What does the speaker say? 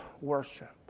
worship